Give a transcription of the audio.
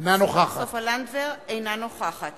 אינה נוכחת